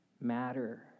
matter